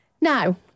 Now